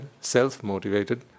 self-motivated